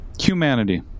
humanity